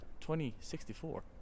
2064